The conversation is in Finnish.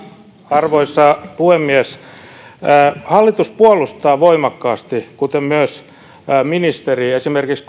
arvoisa puhemies hallitus puolustaa voimakkaasti kuten myös ministeri esimerkiksi